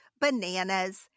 bananas